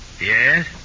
Yes